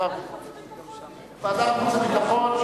ועדת חוץ וביטחון.